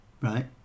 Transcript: right